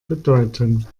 bedeuten